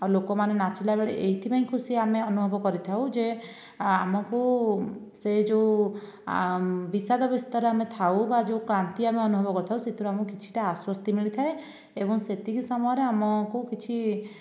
ଆଉ ଲୋକମାନେ ନାଚିଲା ବେଳେ ଏହିଥିପାଇଁ ଖୁସି ଆମେ ଅନୁଭବ କରିଥାଉ ଯେ ଆମକୁ ସେ ଯେଉଁ ବିଷାଦ ଗ୍ରସ୍ତରେ ଆମେ ଥାଉ ବା ଯେଉଁ କ୍ଳାନ୍ତି ଆମେ ଅନୁଭବ କରିଥାଉ ସେଥିରୁ ଆମକୁ କିଛିଟା ଆଶ୍ଵସ୍ତି ମିଳିଥାଏ ଏବଂ ସେତିକି ସମୟରେ ଆମକୁ କିଛି